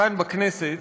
כאן בכנסת,